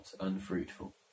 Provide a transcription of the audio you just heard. unfruitful